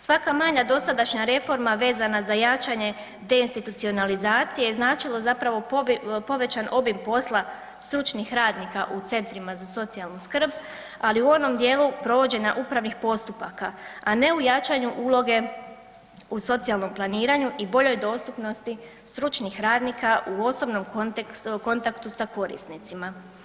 Svaka manja dosadašnja reforma vezana za jačanje te institucionalizacije značilo zapravo povećan obim posla stručnih radnika u centrima za socijalnu skrb, ali u onom dijelu provođenja upravnih postupaka, a ne u jačanju uloge u socijalnom planiranju i boljoj dostupnosti stručnih radnika u osobnom kontaktu sa korisnicima.